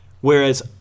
Whereas